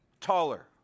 taller